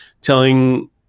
telling